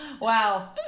Wow